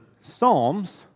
Psalms